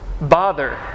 bother